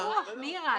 אין ויכוח, מירה.